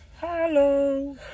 Hello